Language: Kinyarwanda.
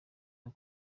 ubu